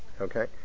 okay